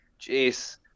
Jeez